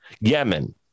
Yemen